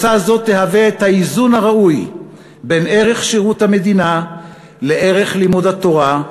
קבוצה זו תהווה את האיזון הראוי בין ערך שירות המדינה לערך לימוד התורה,